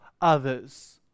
others